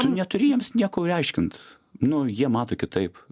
neturi jiems nieko aiškint nu jie mato kitaip